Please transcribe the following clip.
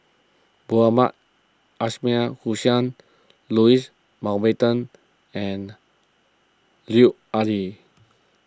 Mohamed Ismail Hussain Louis Mountbatten and Lut Ali